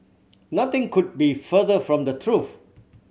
nothing could be further from the truth